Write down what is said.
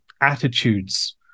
attitudes